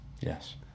Yes